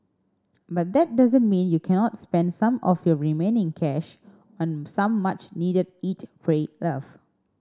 but that doesn't mean you cannot spend some of your remaining cash on some much needed eat pray love